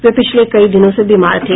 वे पिछले कई दिनों से बीमार थे